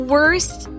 Worst